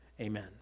amen